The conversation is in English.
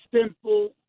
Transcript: simple